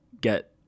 get